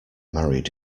married